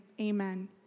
amen